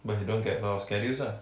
but he don't get a lot of schedules ah